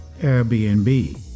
Airbnb